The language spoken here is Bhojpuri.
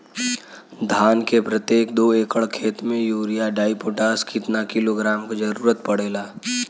धान के प्रत्येक दो एकड़ खेत मे यूरिया डाईपोटाष कितना किलोग्राम क जरूरत पड़ेला?